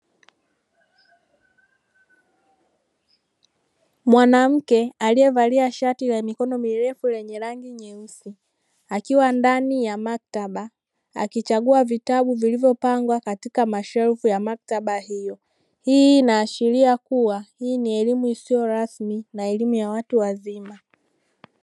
Mwanamke aliyevalia shati la mikono mirefu lenye rangi nyeusi akiwa ndani ya maktaba, akichagua vitabu vilivyopangwa katika mashelfu ya maktaba hiyo hii inaashiria kuwa hii ni elimu isiyo rasmi na elimu ya watu wazima.